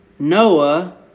Noah